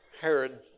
Herod